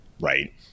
Right